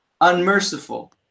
unmerciful